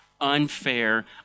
unfair